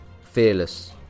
fearless